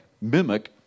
mimic